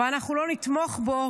אבל אנחנו לא נתמוך בו,